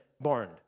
born